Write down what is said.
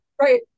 Right